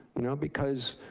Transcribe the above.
you know, because,